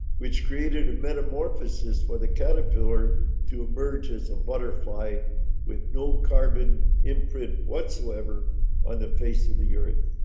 which created a metamorphosis for the caterpillar to emerge as a butterfly with no carbon imprint whatsoever on the face of the earth.